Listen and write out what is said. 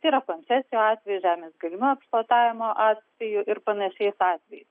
tai yra koncesijų atveju žemės gelmių eksploatavimo atveju ir panašiais atvejais